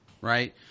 Right